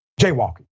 jaywalking